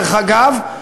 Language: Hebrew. דרך אגב,